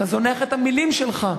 אתה זונח את המלים שלך,